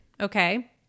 Okay